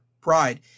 pride